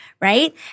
right